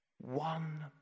One